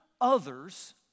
others